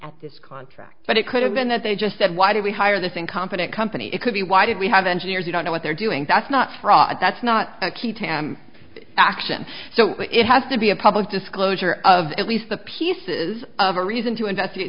at this contract but it could have been that they just said why did we hire this incompetent company it could be why did we have engineers who don't know what they're doing that's not fraud that's not a key tam action so it has to be a public disclosure of at least the pieces of a reason to investigate